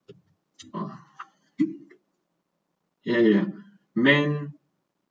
uh ya ya ya man